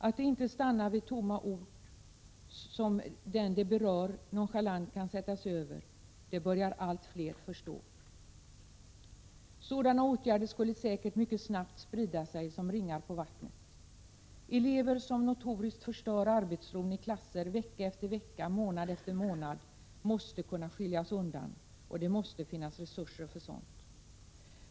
Att det inte får stanna vid tomma ord som den det berör nonchalant kan sätta sig över börjar allt fler förstå. Sådana åtgärder skulle säkert mycket snabbt sprida sig som ringar på vattnet. De elever som notoriskt förstör arbetsron i klassen vecka efter vecka och månad efter månad måste kunna skiljas undan. Det måste finnas resurser för sådant.